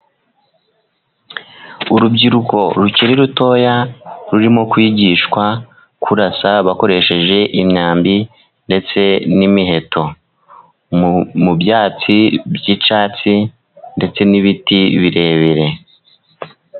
Urubyiruko rukiri rutoya rurimo kwigishwa kurasa bakoresheje imyambi ndetse n'imiheto, mu byatsi by'icyatsi ndetse n'ibiti birebire.